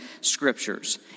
scriptures